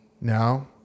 Now